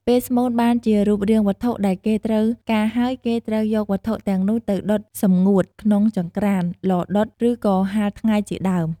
ពេលស្មូនបានជារូបរាងវត្ថុដែលគេត្រូវការហើយគេត្រូវយកវត្ថុទាំងនោះទៅដុតសម្ងួតក្នុងចង្ក្រាន ឡរដុត ឬក៏ហាលថ្ងៃជាដើម។